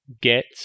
get